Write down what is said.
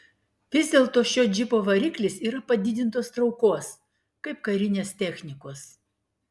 vis dėlto šio džipo variklis yra padidintos traukos kaip karinės technikos